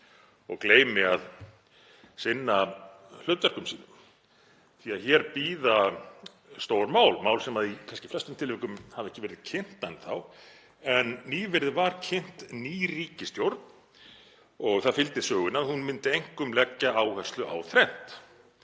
og gleymi að sinna hlutverkum sínum því hér bíða stór mál sem í flestum tilvikum hafa ekki verið kynnt enn þá. En nýverið var kynnt ný ríkisstjórn og það fylgdi sögunni að hún myndi einkum leggja áherslu á þrennt;